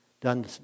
done